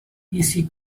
easy